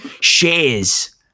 shares